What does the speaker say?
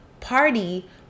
party